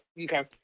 okay